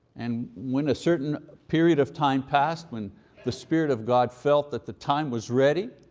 and when a certain period of time passed when the spirit of god felt that the time was ready,